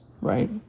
right